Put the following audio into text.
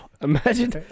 imagine